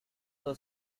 the